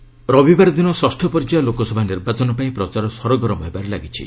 campaigning ରବିବାର ଦିନ ଷଷ୍ଠ ପର୍ଯ୍ୟାୟ ଲୋକସଭା ନିର୍ବାଚନ ପାଇଁ ପ୍ରଚାର ସରଗରମ ହେବାରେ ଲାଗିଛି